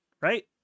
right